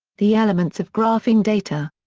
the elements of graphing data.